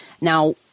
Now